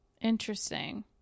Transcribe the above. Interesting